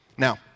Now